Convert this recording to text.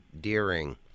Deering